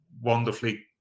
wonderfully